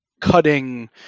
cutting